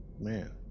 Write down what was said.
Man